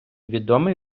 відомий